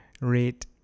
rate